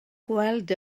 gweld